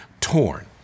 torn